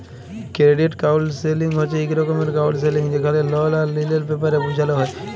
credit counselling হছে ইক রকমের কাউল্সেলিং যেখালে লল আর ঋলের ব্যাপারে বুঝাল হ্যয়